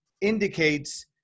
indicates